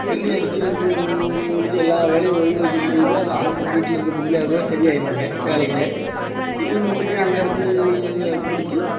வெள்ளை அடிச்சு மு முடிஞ்சு எல்லா வேலையும் ஒதுங்க வச்சு முடிக்கிறதுக்குள்ளே அந்த ஆ நம்ம வீட்டில் இருக்க பொம்பளையாளுங்கெல்லாம் அசதியாகிருவாங்க வேலையில் இது முடிஞ்சு அங்கேருந்து முடிச்சு